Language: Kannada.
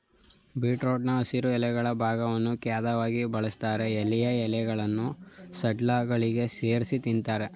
ಬೀಟ್ರೂಟ್ನ ಹಸಿರು ಎಲೆಗಳ ಭಾಗವನ್ನು ಖಾದ್ಯವಾಗಿ ಬಳಸ್ತಾರೆ ಎಳೆಯ ಎಲೆಗಳನ್ನು ಸಲಾಡ್ಗಳಿಗೆ ಸೇರ್ಸಿ ತಿಂತಾರೆ